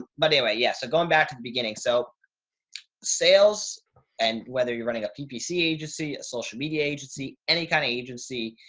but anyway, yeah. so going back to the beginning, so sales and whether you're running a ppc agency, a social media agency, any kind of agency,